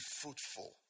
fruitful